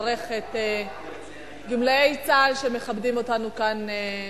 לברך את גמלאי צה"ל שמכבדים אותנו כאן.